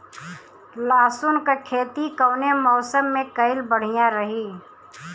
लहसुन क खेती कवने मौसम में कइल बढ़िया रही?